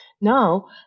Now